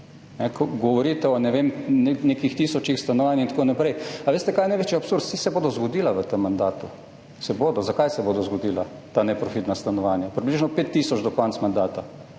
Govorite o nekih tisočih stanovanj in tako naprej. Ali veste, kaj je največji absurd? Saj se bodo zgodila v tem mandatu, se bodo. Zakaj se bodo zgodila ta neprofitna stanovanja, približno 5 tisoč do konca mandata,